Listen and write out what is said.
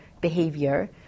behavior